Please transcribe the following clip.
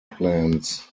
plans